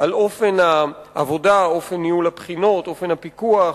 על אופן העבודה, אופן ניהול הבחינות, אופן הפיקוח,